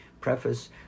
preface